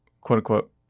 quote-unquote